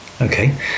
Okay